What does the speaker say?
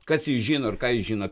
kas jį žino ir ką jis žino